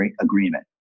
agreement